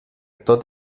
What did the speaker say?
tot